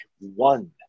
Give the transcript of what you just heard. one